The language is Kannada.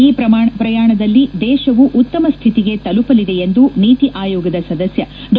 ಈ ಪ್ರಯಾಣದಲ್ಲಿ ದೇಶವು ಉತ್ತಮ ಸ್ಥಿತಿಗೆ ತಲುಪಲಿದೆ ಎಂದು ನೀತಿ ಆಯೋಗದ ಸದಸ್ನ ಡಾ